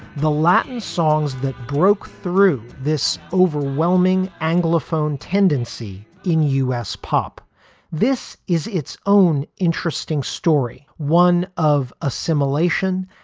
the latin songs that broke through this overwhelming anglophone tendency in u s. pop this is its own interesting story, one of assimilation,